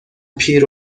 پیر